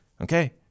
okay